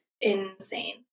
insane